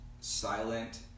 silent